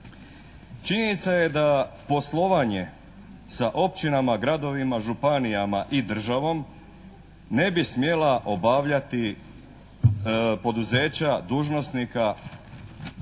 Činjenica je da poslovanje sa općinama, gradovima, županijama i državom ne bi smjela obavljati poduzeća dužnosnika